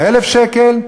1,000 שקל,